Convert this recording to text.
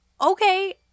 okay